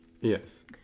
Yes